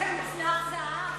מה-זה מצנח זהב.